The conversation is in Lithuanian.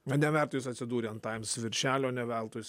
na neveltui jisai atsidūrė ant times viršelio ne veltui jis